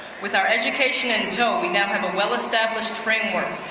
with our education and toe, we now have a well established framework.